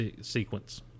sequence